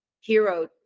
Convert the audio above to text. hero